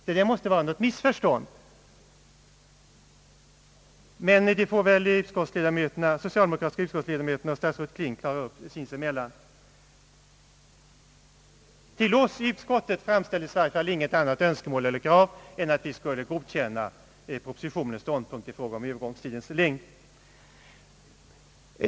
Detta måste vara något missförstånd, men det får väl de socialdemokratiska utskottsledamöterna och statsrådet Kling klara upp sinsemellan. Till oss i utskottet framställdes i alla fall intet annat önskemål eller krav än att vi skulle godkänna propositionens ståndpunkt i fråga om Öövergångstidens längd.